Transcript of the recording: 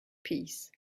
peace